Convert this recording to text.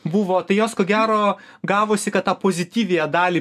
buvo tai jos ko gero gavosi kad tą pozityviąją dalį